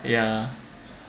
yeah